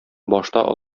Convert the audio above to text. башта